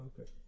okay